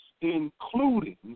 Including